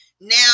Now